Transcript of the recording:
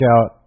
out